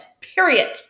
Period